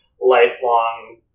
lifelong